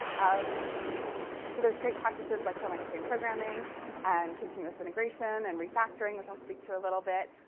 um so there's great practices like from extreme programming and continuous integration, and refactoring, which i'll speak to a little bit.